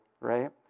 right